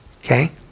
Okay